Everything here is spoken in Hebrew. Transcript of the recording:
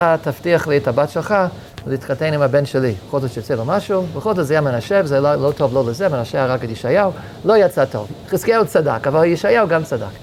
תבטיח לי את הבת שלך להתחתן עם הבן שלי בכל זאת שיצא לו משהו, בכל זאת זה יהיה מנשה, זה לא טוב לא לזה מנשה הרג את ישעיהו, לא יצא טוב חזקיהו צדק, אבל ישעיהו גם צדק